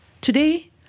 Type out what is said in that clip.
today